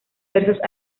versos